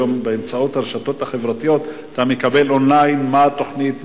היום באמצעות הרשתות החברתיות אתה מקבל און-ליין מה התוכנית,